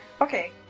Okay